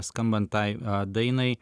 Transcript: skambant tai dainai